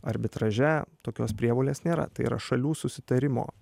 arbitraže tokios prievolės nėra tai yra šalių susitarimo